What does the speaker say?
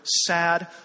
sad